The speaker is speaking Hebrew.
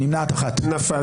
הצבעה לא אושרה נפל.